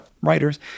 writers